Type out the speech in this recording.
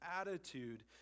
attitude